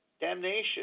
damnation